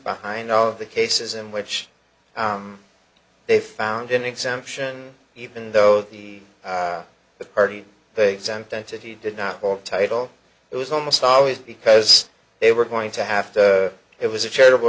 behind all of the cases in which they found an exemption even though the party that exempt entity did not walk title it was almost always because they were going to have to it was a charitable